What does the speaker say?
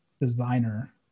designer